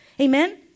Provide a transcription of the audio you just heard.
Amen